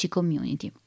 Community